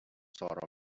sort